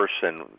person